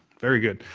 very good.